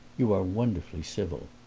you are wonderfully civil.